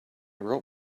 wrote